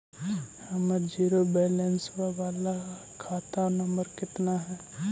हमर zero balance बाला खाता नम्बर कितना है?